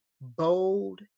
bold